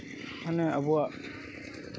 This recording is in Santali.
ᱢᱟᱱᱮ ᱟᱵᱚᱣᱟᱜ